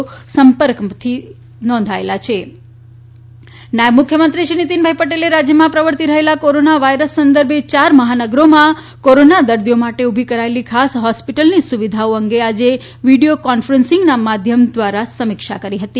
novel corona virus નાયબ મુખ્યમંત્રી નાયબ મુખ્યમંત્રી શ્રી નીતીનભાઇ ટેલે રાજયમાં પ્રવર્તી રહેલા કોરોના વાયરસ સંદર્ભે યાર મહાનગરોમાં કોરોના દર્દીઓ માટે ઉભી કરાયેલી ખાસ હોસાીટલોની સુવિધાઓ અંગે આજે વિડીયો કોન્ફરન્સના માધ્યમ ધ્વારા સમીક્ષા કરી હતી